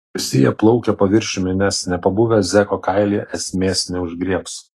visi jie plaukia paviršiumi nes nepabuvę zeko kailyje esmės neužgriebs